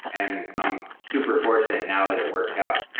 and i'm super fortunate now that it worked out.